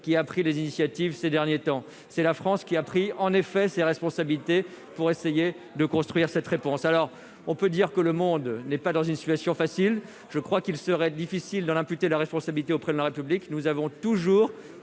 qui a pris les initiatives ces derniers temps, c'est la France qui a pris en effet ses responsabilités pour essayer de construire cette réponse, alors on peut dire que le monde n'est pas dans une situation facile, je crois qu'il serait difficile de l'imputer la responsabilité auprès de la République, nous avons toujours